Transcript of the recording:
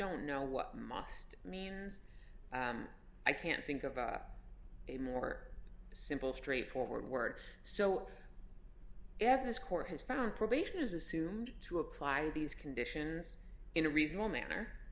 don't know what must means i can't think of a more simple straightforward word so if this court has found probation is assumed to apply these conditions in a reasonable manner